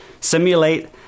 simulate